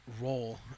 role